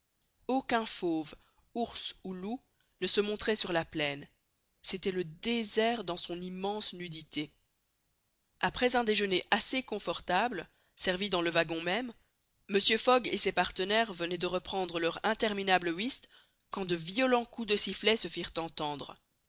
aucun fauve ours ou loup ne se montrait sur la plaine c'était le désert dans son immense nudité après un déjeuner assez confortable servi dans le wagon même mr fogg et ses partenaires venaient de reprendre leur interminable whist quand de violents coups de sifflet se firent entendre